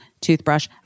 toothbrush